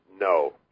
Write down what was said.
No